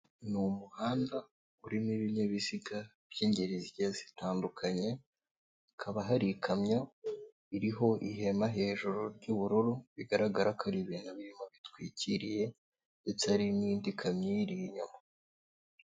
Ni umuhanda urimo ibinyabiziga by'ingeri zitandukanye, hakaba hari ikamyo iriho ihema hejuru ry'ubururu, bigaragara ko ari ibintu biriho bitwikiriye ndetse hari n'indi kamyo iyiri inyuma.